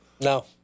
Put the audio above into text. No